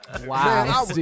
Wow